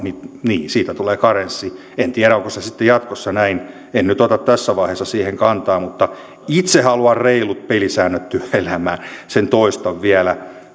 niin niin siitä tulee karenssi en tiedä onko se sitten jatkossa näin en nyt ota tässä vaiheessa siihen kantaa mutta itse haluan reilut pelisäännöt työelämään sen toistan vielä